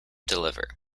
deliver